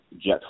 jet